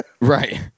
Right